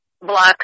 block